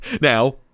Now